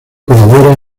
colabora